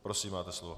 Prosím, máte slovo.